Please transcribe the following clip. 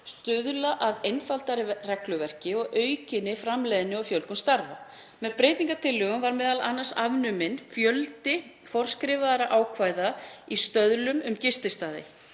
stuðla að einfaldara regluverki, aukinni framleiðni og fjölgun starfa. Með breytingartillögunni var m.a. afnuminn fjöldi forskriftarákvæða í stöðlum um gististaði.